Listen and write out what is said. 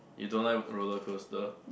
you don't like roller coaster